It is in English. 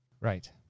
Right